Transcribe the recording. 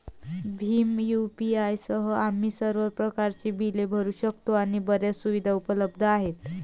Bhim UPI सह, आम्ही सर्व प्रकारच्या बिले भरू शकतो आणि बर्याच सुविधा उपलब्ध आहेत